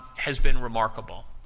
has been remarkable.